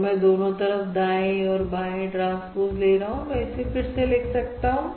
तो मैं दोनों तरफ दाएं और बाएं ट्रांसपोज ले रहा हूं और फिर मैं लिख सकता हूं